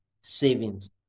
savings